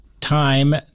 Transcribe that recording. time